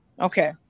Okay